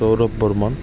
Sourav Barman